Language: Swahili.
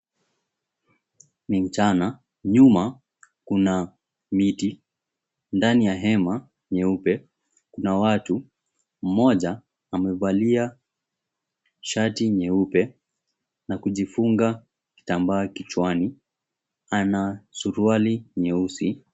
Ni mchana, nyuma kuna miti, ndani ya hema nyeupe kuna watu, mmoja amevalia shati nyeupe na kujifunga kitambaa kichwani, ana suruali nyeusi.